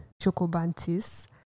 Chocobantis